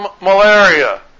malaria